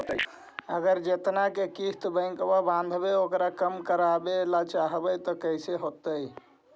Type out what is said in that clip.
अगर जेतना के किस्त बैक बाँधबे ओकर कम करावे ल चाहबै तब कैसे होतै?